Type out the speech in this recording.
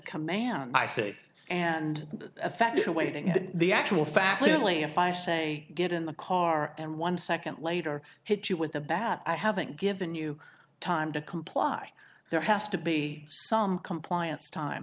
command i see and a fact awaiting the actual facts only if i say get in the car and one second later hit you with a bat i haven't given you time to comply there has to be some compliance time